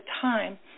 time